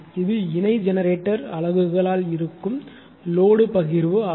இது இணை ஜெனரேட்டர் அலகுகளால் இருக்கும் லோடு பகிர்வு ஆகும்